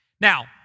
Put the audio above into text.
Now